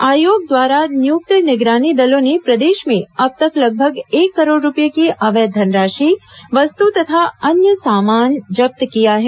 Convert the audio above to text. आयोग द्वारा नियुक्त निगरानी दलों ने प्रदेश में अब तक लगभग एक करोड़ रूपये की अवैध धनराशि वस्तु तथा अन्य सामान जब्त किया है